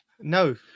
no